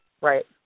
Right